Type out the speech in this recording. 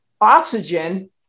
oxygen